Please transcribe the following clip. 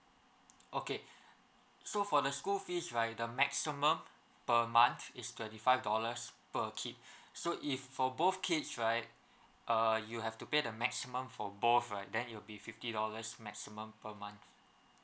okay so for the school fees right the maximum per month is thirty five dollars per kid so if for both kids right err you have to pay the maximum for both right then it will be fifty dollars maximum per month